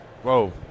Whoa